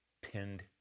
pinned